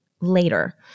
later